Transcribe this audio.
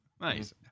nice